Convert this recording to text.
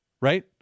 right